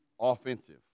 offensive